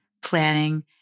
planning